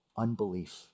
unbelief